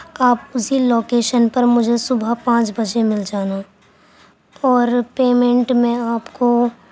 آپ اسی لوکیشن پر مجھے صبح پانچ بجے مل جانا اور پیمنٹ میں آپ کو